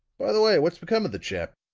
by the way, what's become of the chap?